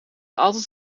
altijd